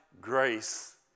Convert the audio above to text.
grace